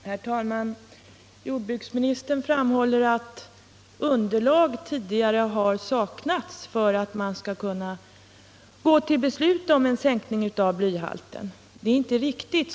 Herr talman! Jordbruksministern framhåller att underlag tidigare har saknats för ett beslut om sänkning av blyhalten i bensin. Detta är inte riktigt.